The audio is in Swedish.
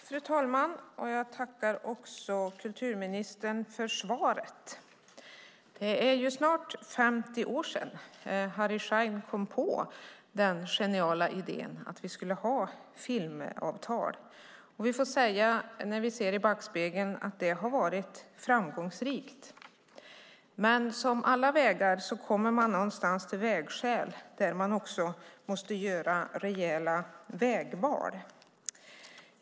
Fru talman! Jag tackar kulturministern för svaret. Det är snart 50 år sedan Harry Schein kom på den geniala idén att vi skulle ha filmavtal. När vi ser i backspegeln får vi säga att det har varit framgångsrikt. Men som på alla vägar kommer man någonstans till vägskäl där man måste göra rejäla vägval.